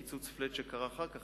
מקיצוץ flat שקרה אחר כך,